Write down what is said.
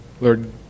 Lord